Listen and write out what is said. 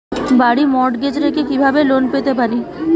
বাড়ি মর্টগেজ রেখে কিভাবে লোন পেতে পারি?